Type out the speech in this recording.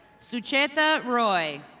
sucheta roy.